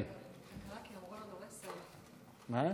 אמרו לנו עשר דקות.